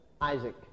Isaac